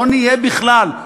לא נהיה בכלל.